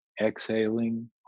exhaling